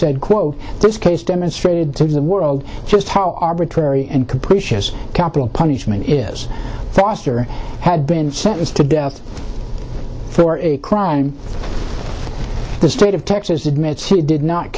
said quote this case demonstrated to the world just how arbitrary and capricious capital punishment is foster had been sentenced to death for a crime the state of texas admits he did not